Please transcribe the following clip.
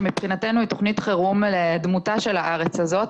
שמבחינתנו היא תכנית חירום לדמותה של הארץ הזאת.